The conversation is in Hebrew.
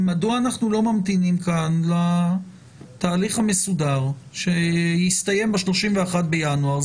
מדוע אנחנו לא ממתינים כאן לתהליך המסודר שיסתיים ב-31 בינואר?